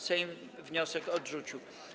Sejm wniosek odrzucił.